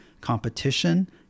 competition